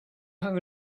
have